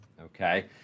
Okay